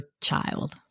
child